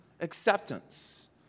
acceptance